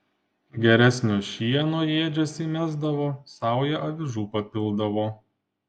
geresnio šieno į ėdžias įmesdavo saują avižų papildavo